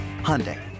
Hyundai